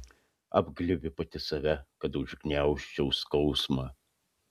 apglėbiu pati save kad užgniaužčiau skausmą